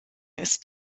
ist